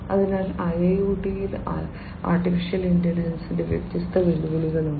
അതിനാൽ IIoT യിൽ AI യുടെ വ്യത്യസ്ത വെല്ലുവിളികൾ ഉണ്ട്